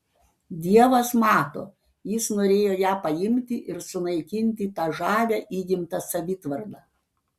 dievas mato jis norėjo ją paimti ir sunaikinti tą žavią įgimtą savitvardą